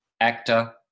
Actor